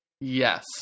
Yes